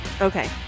okay